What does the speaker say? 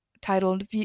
titled